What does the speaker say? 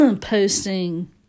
posting